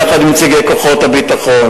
יחד עם נציגי כוחות הביטחון,